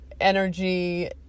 energy